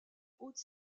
haute